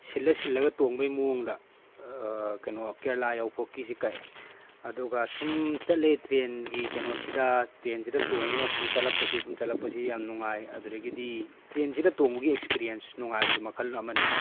ꯁꯤꯜꯂ ꯁꯤꯜꯂꯒ ꯇꯣꯡꯕꯒꯤ ꯃꯑꯣꯡꯗ ꯀꯩꯅꯣ ꯀꯦꯔꯦꯂꯥ ꯌꯧꯐꯥꯎꯕꯒꯤꯁꯦ ꯀꯛꯑꯦ ꯑꯗꯣꯒ ꯁꯨꯝ ꯆꯠꯂꯦ ꯇ꯭ꯔꯦꯟꯒꯤ ꯀꯩꯅꯣꯁꯤꯗ ꯇ꯭ꯔꯦꯟꯁꯤꯗ ꯇꯣꯡꯉꯒ ꯁꯨꯝ ꯆꯠꯂꯛꯄꯁꯤ ꯁꯨꯝ ꯆꯠꯂꯛꯄꯁꯤ ꯌꯥꯝ ꯅꯨꯉꯥꯏ ꯑꯗꯨꯗꯒꯤꯗꯤ ꯇ꯭ꯔꯦꯟꯁꯤꯗ ꯇꯣꯡꯕꯒꯤ ꯑꯦꯛꯁꯄꯤꯔꯤꯌꯦꯟꯁ ꯅꯨꯉꯥꯏꯕꯁꯤ ꯃꯈꯜ ꯑꯃꯅꯤ